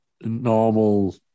normal